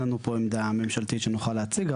אין לנו פה עמדה ממשלתית שנוכל להציג.